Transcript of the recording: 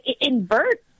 invert